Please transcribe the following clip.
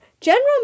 General